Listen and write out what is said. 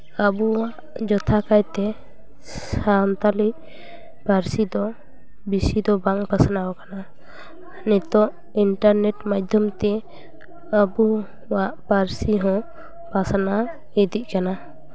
ᱟᱵᱚᱣᱟᱜ ᱡᱚᱛᱷᱟᱛ ᱠᱟᱭᱛᱮ ᱥᱟᱱᱛᱟᱞᱤ ᱯᱟᱹᱨᱥᱤ ᱫᱚ ᱵᱮᱥᱤ ᱫᱚ ᱵᱟᱝ ᱯᱟᱥᱱᱟᱣ ᱠᱟᱱᱟ ᱱᱤᱛᱚᱜ ᱤᱱᱴᱟᱨᱱᱮᱴ ᱢᱟᱫᱽᱫᱷᱚᱢ ᱛᱮ ᱟᱵᱚᱣᱟᱜ ᱯᱟᱹᱨᱥᱤ ᱦᱚᱸ ᱯᱟᱥᱱᱟᱣ ᱤᱫᱤᱜ ᱠᱟᱱᱟ